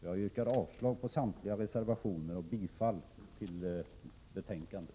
Jag yrkar bifall till utskottets hemställan på alla punkter, vilket innebär avslag på samtliga reservationer.